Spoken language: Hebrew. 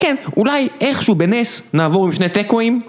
כן, אולי איכשהו בנס נעבור עם שני טקואים?